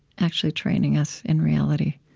actually training us in reality